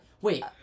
Wait